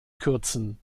kürzen